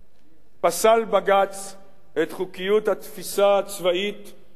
פסל בג"ץ את חוקיות התפיסה הצבאית של אדמות